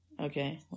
Okay